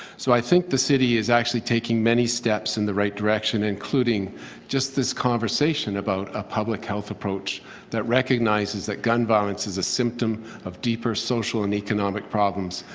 so i think the city is actually taking many steps in the right direction including just this conversation about a public health approach that recognizes that gun violence is a symptom of deeper social and economic problems.